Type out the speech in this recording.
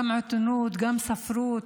גם עיתונות, גם ספרות,